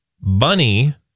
bunny